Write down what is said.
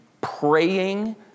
praying